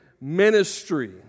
ministry